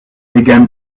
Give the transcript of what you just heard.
began